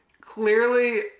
Clearly